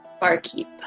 barkeep